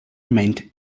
remained